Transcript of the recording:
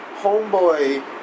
homeboy